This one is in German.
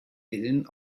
villen